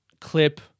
clip